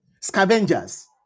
Scavengers